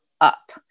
up